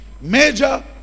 Major